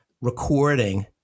recording